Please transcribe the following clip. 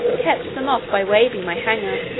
kept them off by waving my hanger.